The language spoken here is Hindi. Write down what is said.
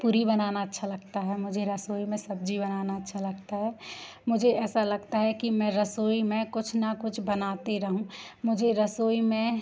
पुरी बनाना अच्छा लगता है मुझे रसोई में सब्ज़ी बनाना अच्छा लगता है मुझे ऐसा लगता है कि मैं रसोई में कुछ ना कुछ बनाती रहूँ मुझे रसोई में